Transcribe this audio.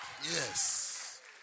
Yes